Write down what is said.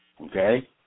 Okay